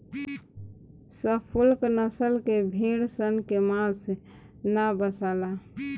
Suffolk नसल के भेड़ सन के मांस ना बासाला